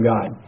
God